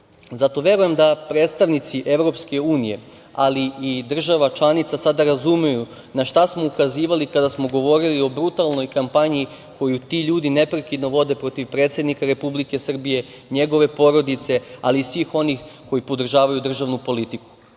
Zato verujem da predstavnici Evropske unije, ali i država članica, sada razumeju na šta smo ukazivali kada smo govorili o brutalnoj kampanji koju ti ljudi neprekidno vode protiv predsednika Republike Srbije, njegove porodice, ali i svih onih koji podržavaju državnu politiku. Kako